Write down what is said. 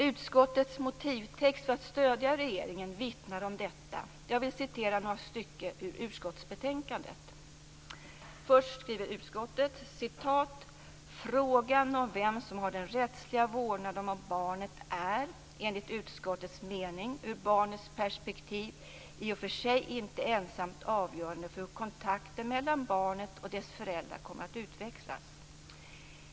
Utskottets motivtext för att stödja regeringen vittnar om detta. Jag vill citera några stycken ur utskottsbetänkandet. Först skriver lagutskottet: "Frågan om vem som har den rättsliga vårdnaden om barnet är, enligt utskottets mening, ur barnets perspektiv i och för sig inte ensamt avgörande för hur kontakten mellan barnet och dess föräldrar kommer att utvecklas.